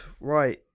Right